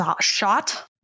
shot